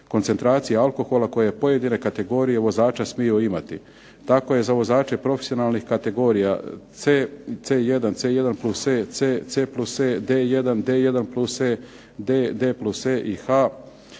koncentracije alkohola koje pojedine kategorije vozača smiju imati. Tako je za vozače profesionalnih kategorija C, 1, C1+E, C+E, D1, D1+E, D+E i H,